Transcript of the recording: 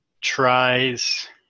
tries